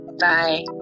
bye